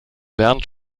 bernd